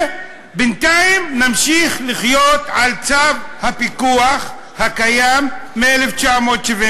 ובינתיים נמשיך לחיות על צו הפיקוח הקיים מ-1971.